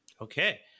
Okay